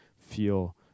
feel